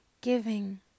giving